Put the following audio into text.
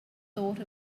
thought